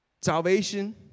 Salvation